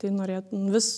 tai norėt vis